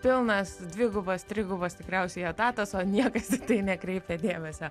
pilnas dvigubas trigubas tikriausiai etatas o niekas į tai nekreipia dėmesio